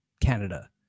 Canada